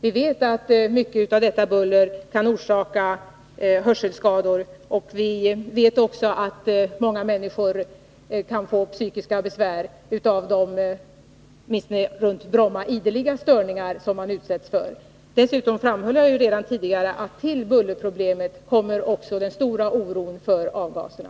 Vi vet att mycket av detta buller kan orsaka hörselskador och att många människor kan få psykiska besvär av de, åtminstone runt Bromma, ideliga störningar som man utsätts för. Dessutom framhöll jag redan tidigare att till bullerproblemet kommer den stora oron för avgaserna.